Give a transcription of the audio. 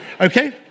Okay